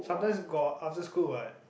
sometimes got after school what